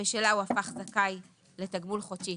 שבשלה הוא הפך זכאי לתגמול חודשי.